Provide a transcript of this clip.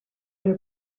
you